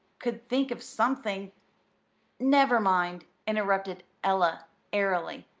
could think of something never mind, interrupted ella airily.